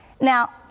Now